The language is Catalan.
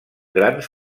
grans